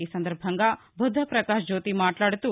ఈసందర్బంగా బుద్దపకాళ్ జ్యోతి మాట్లాదుతూ